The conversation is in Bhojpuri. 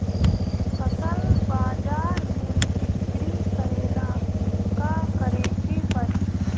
फसल बाजार मे बिक्री करेला का करेके परी?